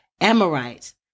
Amorites